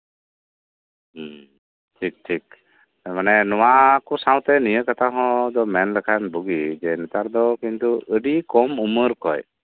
ᱦᱮᱸ ᱴᱷᱤᱠ ᱴᱷᱤᱠ ᱢᱟᱱᱮ ᱱᱚᱣᱟ ᱠᱚ ᱥᱟᱶᱛᱮ ᱱᱤᱭᱟᱹ ᱠᱟᱛᱷᱟ ᱦᱚᱢ ᱢᱮᱱ ᱞᱮᱠᱷᱟᱱ ᱵᱷᱟᱹᱜᱤᱜᱼᱟ ᱡᱚᱛᱚ ᱠᱚᱜᱮ ᱱᱮᱛᱟᱨ ᱫᱚ ᱟᱹᱰᱤ ᱠᱚᱢ ᱩᱢᱟᱹᱨ ᱠᱷᱚᱡ